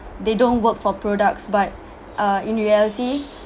they don't work for products but uh in reality